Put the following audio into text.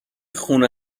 خونه